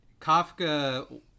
Kafka